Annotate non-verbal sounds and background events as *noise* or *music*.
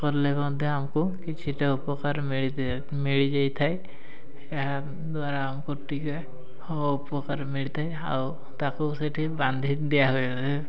କଲେ ମଧ୍ୟ ଆମକୁ କିଛିଟା ଉପକାର ମିଳି *unintelligible* ମିଳିଯାଇଥାଏ ଏହାଦ୍ଵାରା ଆମକୁ ଟିକେ ଉପକାର ମିଳିଥାଏ ଆଉ ତାକୁ ସେଇଠି ବାନ୍ଧି ଦିଆ ହୁଏ